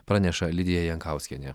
praneša lidija jankauskienė